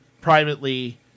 privately